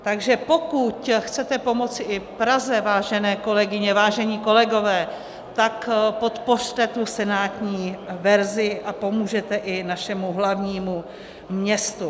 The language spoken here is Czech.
Takže pokud chcete pomoci i Praze, vážené kolegyně, vážení kolegové, tak podpořte tu senátní verzi a pomůžete i našemu hlavnímu městu.